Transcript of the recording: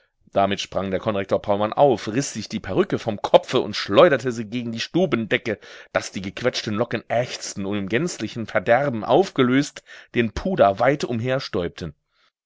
damit sprang der konrektor paulmann auf riß sich die perücke vom kopfe und schleuderte sie gegen die stubendecke daß die gequetschten locken ächzten und im gänzlichen verderben aufgelöst den puder weit